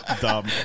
Dumb